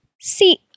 See